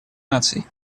наций